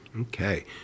Okay